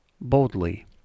boldly